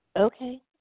Okay